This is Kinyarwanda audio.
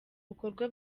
bikorwa